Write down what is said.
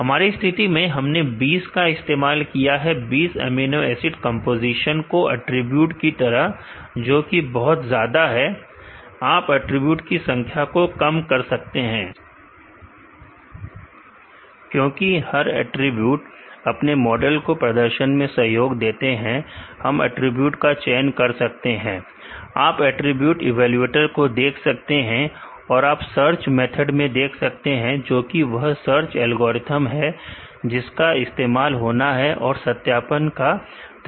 हमारी स्थिति में हमने 20 का इस्तेमाल किया सारे 20 अमीनो एसिड कंपोजीशन को अटरीब्यूट की तरह जो कि बहुत ज्यादा है आप अटरीब्यूट की संख्या को कम कर सकते हैं क्योंकि हर अटरीब्यूट आपके मॉडल के प्रदर्शन में सहयोग देते हैं हम अटरीब्यूट को चयन कर सकते हैं आप अटरीब्यूट इवेलुएटर को देख सकते हैं और आप सर्च मेथड में देख सकते हैं जोकि वह सर्च एल्गोरिथ्म है जिसका इस्तेमाल होना है और सत्यापन का तरीका भी